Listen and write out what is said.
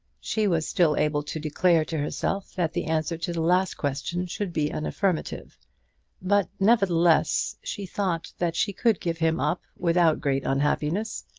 she was still able to declare to herself that the answer to the last question should be an affirmative but, nevertheless, she thought that she could give him up without great unhappiness.